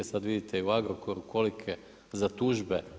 Sad vidite i u Agrokoru kolike za tužbe.